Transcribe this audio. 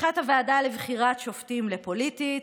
הפיכת הוועדה לבחירת שופטים לפוליטית,